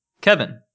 Kevin